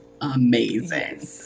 amazing